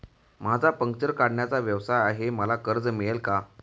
माझा पंक्चर काढण्याचा व्यवसाय आहे मला कर्ज मिळेल का?